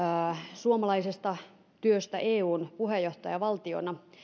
suomalaisesta työstä eun puheenjohtajavaltiona